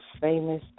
famous